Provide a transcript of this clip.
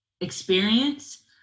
experience